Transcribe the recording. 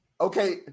okay